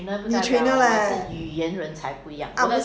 你 trainer eh